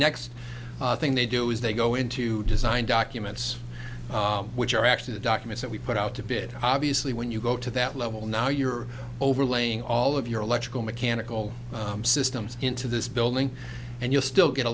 next thing they do is they go into design documents which are actually the document that we put out to bid obviously when you go to that level now you're overlaying all of your electrical mechanical systems into this building and you still get a